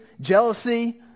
jealousy